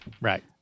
Right